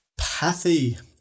Pathy